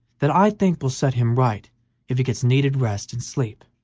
that i think will set him right if he gets needed rest and sleep.